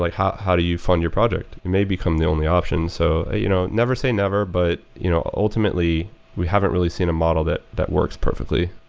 like how how do you fund your project? and they become the only option so you know never say never, but you know ultimately we haven't really seen a model that that works perfectly,